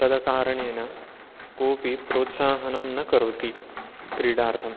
तदकारणेन कोपि प्रोत्साहनं न करोति क्रीडार्थं